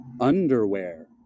Underwear